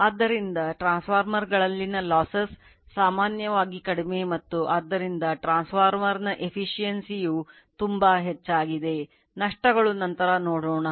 ಆದ್ದರಿಂದ ಟ್ರಾನ್ಸ್ಫಾರ್ಮರ್ಗಳಲ್ಲಿನ losses ಯು ತುಂಬಾ ಹೆಚ್ಚಾಗಿದೆ ನಷ್ಟಗಳು ನಂತರ ನೋಡೋಣ